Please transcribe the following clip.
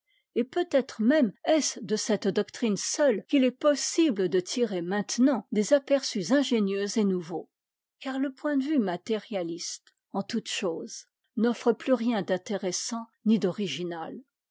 et peutêtre même est-ce de cette doctrine seule qu'il est possible de tirer maintenant des aperçus ingénieux et nouveaux car le point de vue matérialiste en toutes choses n'offre plus rien d'intéressant ni d'original